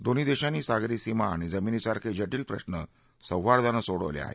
दोन्ही देशांनी सागरी सीमा आणि जमिनी सारखे जार्मेल प्रश्न सौहार्दानं सोडवले आहेत